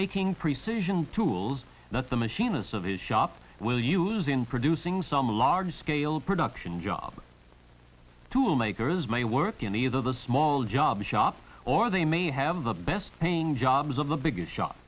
making precision tools that the machine a service shop will use in producing some large scale production job tool makers may work in either the small job shop or they may have the best paying jobs of the biggest sho